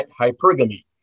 hypergamy